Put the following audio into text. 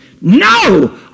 No